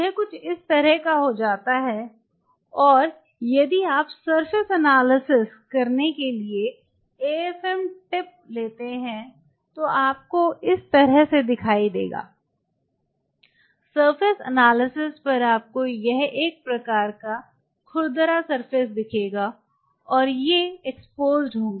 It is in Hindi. यह कुछ इस तरह का हो जाता है और यदि आप सरफेस एनालिसिस करने के लिए AFM टिप लेते हैं तो आप को इस तरह से दिखाई देगा सरफेस एनालिसिस पर आपको यह एक प्रकार का खुरदरा सरफेस दिखेगा और ये निरावरण होंगे